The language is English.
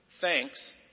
Thanks